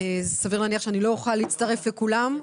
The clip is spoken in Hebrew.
סביר להניח שאני לא אוכל להצטרף לכולם,